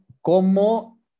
¿cómo